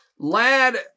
Lad